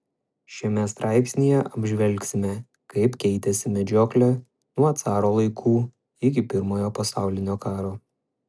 šiame straipsnyje apžvelgsime kaip keitėsi medžioklė nuo caro laikų iki pirmojo pasaulinio karo